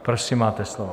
Prosím, máte slovo.